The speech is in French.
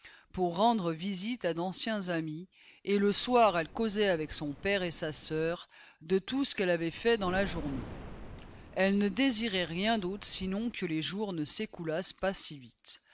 pour rendre visite à d'anciens amis et le soir elle causait avec son père et sa sœur de tout ce qu'elle avait fait dans la journée elle ne désirait rien d'autre sinon que les jours ne s'écoulassent pas si vite